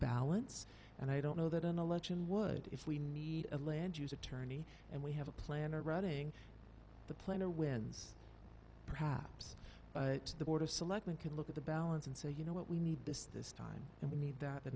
balance and i don't know that an election would if we need a land use attorney and we have a plan or reading the plan or wins perhaps but the board of selectmen can look at the balance and say you know what we need this this time and we need that the